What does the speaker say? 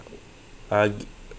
uh